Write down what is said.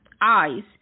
eyes